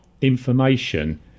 information